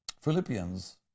Philippians